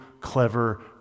clever